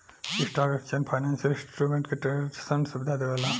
stock exchange financial instrument के ट्रेडरसन सुविधा देवेला